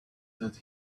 that